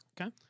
Okay